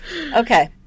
Okay